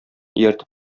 ияртеп